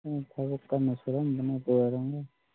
ꯃꯣꯏ ꯊꯕꯛ ꯀꯟꯅ ꯁꯨꯔꯝꯕꯅ ꯍꯦꯠꯇ ꯑꯣꯏꯔꯝꯅꯤ